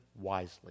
wisely